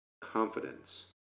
confidence